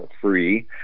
free